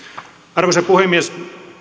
arvoisa puhemies